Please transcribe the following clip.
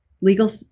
legal